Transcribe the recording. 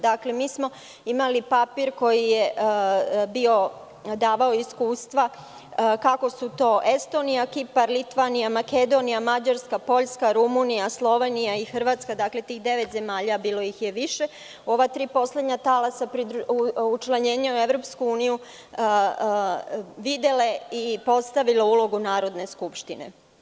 Dakle, mi smo imali papir koji je bio davao iskustva kako su to Estonija, Kipar, Litvanija, Makedonija, Mađarska, Poljska, Rumunija, Slovenija i Hrvatska, tih devet zemalja, bilo ih je više, ova tri poslednja talasa učlanjenja u EU, videla je i postavila ulogu Narodne skupštine.